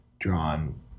drawn